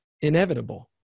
inevitable